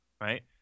right